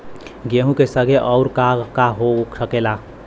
गेहूँ के संगे अउर का का हो सकेला?